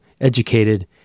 educated